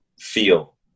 Feel